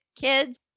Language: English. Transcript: kids